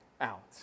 out